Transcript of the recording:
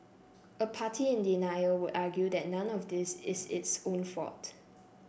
a party in denial would argue that none of this is its own fault